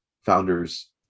founders